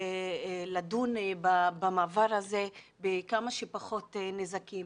לדון במעבר הזה בכמה שפחות נזקים.